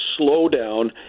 slowdown